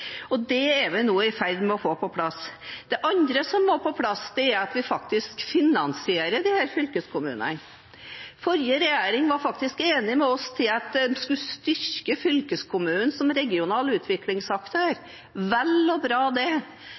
Det er vi nå i ferd med å få på plass. Det andre som må på plass, er finansiering av disse fylkeskommunene. Forrige regjering var faktisk enig med oss i å skulle styrke fylkeskommunen som regional utviklingsaktør. Det er vel og bra,